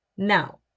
Now